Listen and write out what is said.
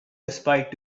respite